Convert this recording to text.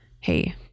Hey